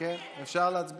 יכולים להצביע.